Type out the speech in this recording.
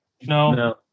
No